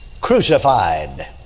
crucified